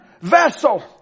vessel